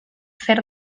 zer